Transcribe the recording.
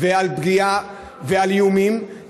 ועל פגיעה ועל איומים,